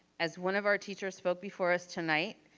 as one of our teachers spoke before us tonight,